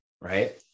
right